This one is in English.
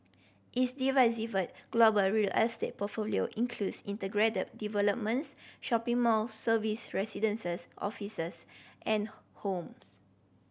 its diversified global real estate portfolio includes integrated developments shopping malls serviced residences offices and homes